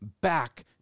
back